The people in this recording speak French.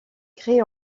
créé